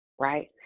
Right